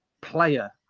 player